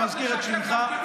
אני מזכיר את שמך.